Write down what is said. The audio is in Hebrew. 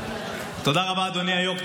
תודה רבה, אדוני היו"ר.